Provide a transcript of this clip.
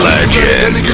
Legend